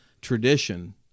tradition